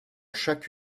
chaque